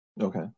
okay